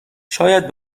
شاید